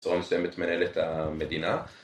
צורה מסוימת מנהלת המדינה